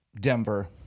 Denver